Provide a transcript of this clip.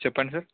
చెప్పండి సార్